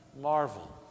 Marvel